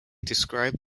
described